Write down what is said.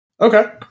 Okay